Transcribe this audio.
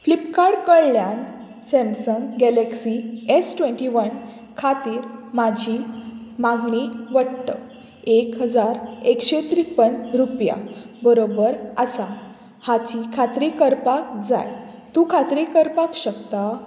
Flipkart कडल्यान Samsung Galaxy S twenty one खातीर म्हाजी मागणी वट्ट एक हजार एकशें त्रिप्पन रुपया बरोबर आसा हाची खात्री करपाक जाय तूं खात्री करपाक शकता